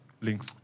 links